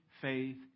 faith